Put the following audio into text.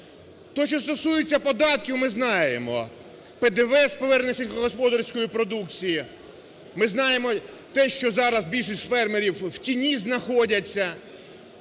Те, що стосується податків, ми знаємо ПДВ з повернення сільськогосподарської продукції, ми знаємо те, що зараз більшість фермерів в тіні знаходяться.